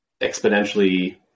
exponentially